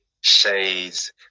shades